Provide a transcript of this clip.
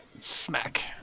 Smack